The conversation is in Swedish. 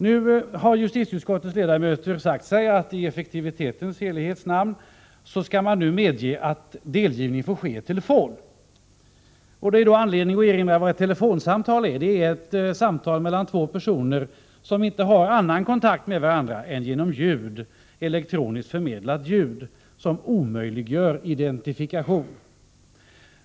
Nu har justitieutskottets ledamöter sagt sig att i effektivitetens helighetsnamn skall man nu medge att delgivning får ske per telefon. Det finns då anledning att erinra om vad ett telefonsamtal är. Det är ett samtal mellan två personer, som inte har annan kontakt med varandra än genom elektroniskt förmedlat ljud, som omöjliggör identifikation.